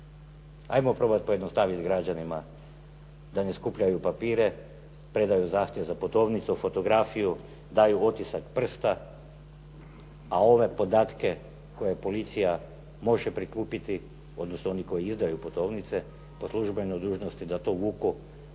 'Ajmo probati pojednostaviti građanima da ne skupljaju papire, predaju zahtjev za putovnicu, fotografiju, daju otisak prsta, a ove podatke koje policija može prikupiti, odnosno oni koji izdaju putovnice po službenoj dužnosti da to uvuku